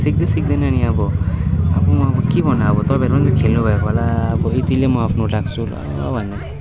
सिक्दै सिक्दैन नि अब अब के भन्नु तपाईँहरू पनि त खेल्नु भएको होला अब यतिले म आफ्नो राख्छु ल